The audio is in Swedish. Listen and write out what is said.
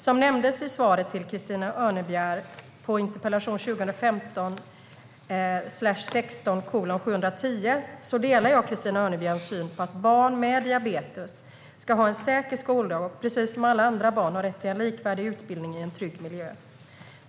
Som nämndes i svaret på Christina Örnebjärs interpellation 2015/16:710 delar jag Christina Örnebjärs syn att barn med diabetes ska ha en säker skoldag och precis som alla barn ha rätt till en likvärdig utbildning i en trygg miljö.